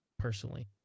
personally